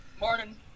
Morning